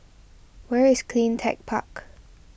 where is Clean Tech Park